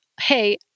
hey